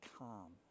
calm